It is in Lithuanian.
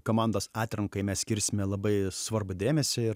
komandos atrankai mes skirsime labai svarbų dėmesį ir